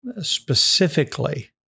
specifically